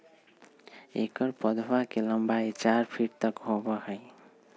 एकर पौधवा के लंबाई चार फीट तक होबा हई